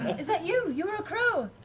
is that you? you were a crow.